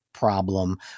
problem